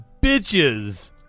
bitches